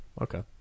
Okay